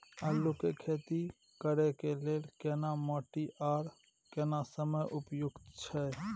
आलू के खेती करय के लेल केना माटी आर केना समय उपयुक्त छैय?